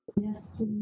Yes